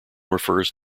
refers